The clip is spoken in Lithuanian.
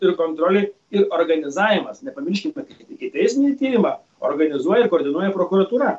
ir kontrolė ir organizavimas nepamirškim kad ikiteisminį tyrimą organizuoja ir koordinuoja prokuratūra